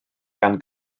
gan